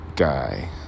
guy